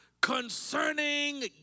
concerning